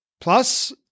Plus